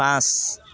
পাঁচ